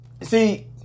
See